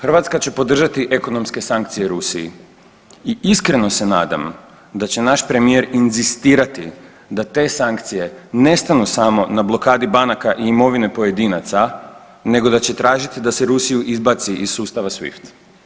Hrvatska će podržati ekonomske sankcije Rusiji i iskreno se nadam da će naš premijer inzistirati da te sankcije ne stanu samo na blokadi banaka i imovine pojedinaca, nego da će tražiti da se Rusiju izbaci iz sustava SWIFT.